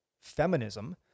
feminism